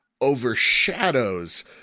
overshadows